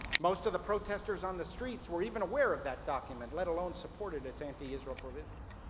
most of the protestors on the streets were even aware of that document, let alone supported its anti-israel provisions.